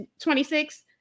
26